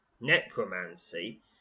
necromancy